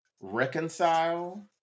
reconcile